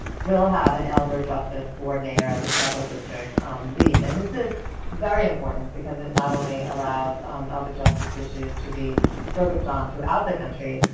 will have an elder justice coordinator as a federal district lead. and this is very important because it not only allows elder justice issues to be focused on throughout the country,